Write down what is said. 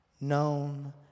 known